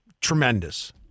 tremendous